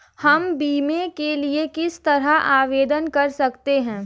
हम बीमे के लिए किस तरह आवेदन कर सकते हैं?